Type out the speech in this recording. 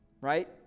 right